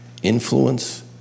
Influence